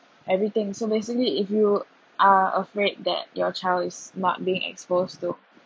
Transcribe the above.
everything so basically if you are afraid that your child is not being exposed to